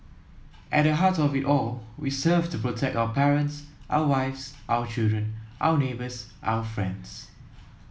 at the heart of it all we serve to protect our parents our wives our children our neighbours our friends